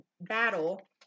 battle